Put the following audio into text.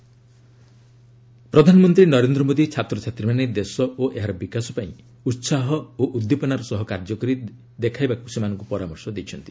PM Pariksha Pe Charcha ପ୍ରଧାନମନ୍ତ୍ରୀ ନରେନ୍ଦ୍ର ମୋଦୀ ଛାତ୍ରଛାତ୍ରୀମାନେ ଦେଶ ଓ ଏହାର ବିକାଶ ପାଇଁ ଉତ୍ପାହ ଓ ଉଦ୍ଦିପନାର ସହ କାର୍ଯ୍ୟ କରି ଦେଖାଇବାକୁ ସେମାନଙ୍କୁ ପରାମର୍ଶ ଦେଇଛନ୍ତି